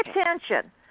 attention